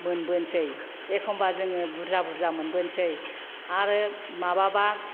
मोनबोसै एखनब्ला जोङो बुरजा बुरजा मोनबोसै आरो माबाबा